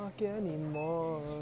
anymore